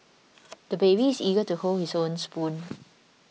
the baby is eager to hold his own spoon